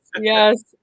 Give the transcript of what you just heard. yes